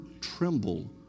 tremble